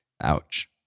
Ouch